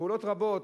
פעולות רבות.